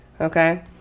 Okay